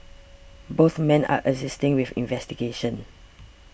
both men are assisting with investigations